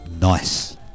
nice